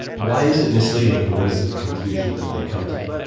why is it misleading and what is the conclusion that they come to?